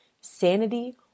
sanity